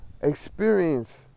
experience